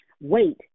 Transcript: Wait